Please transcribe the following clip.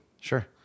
Sure